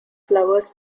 flowers